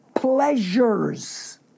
Pleasures